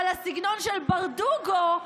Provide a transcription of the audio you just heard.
אבל הסגנון של ברדוגו,